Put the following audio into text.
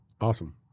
Awesome